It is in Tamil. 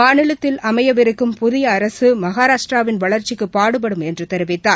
மாநிலத்தில் அமையவிருக்கும் புதியஅரசுமகாராஷ்டிராவின் வளர்ச்சிக்குபாடுபடும் என்றுதெரிவித்தார்